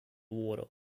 water